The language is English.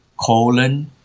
colon